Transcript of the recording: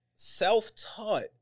Self-taught